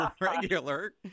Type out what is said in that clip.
regular